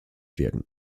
wirken